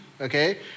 okay